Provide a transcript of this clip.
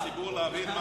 תודה.